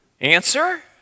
Answer